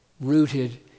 rooted